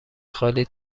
خالی